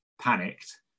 panicked